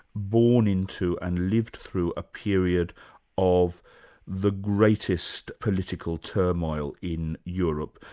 born into and lived through a period of the greatest political turmoil in europe,